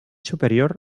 superior